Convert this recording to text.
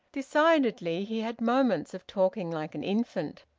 decidedly he had moments of talking like an infant,